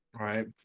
Right